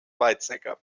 weizsäcker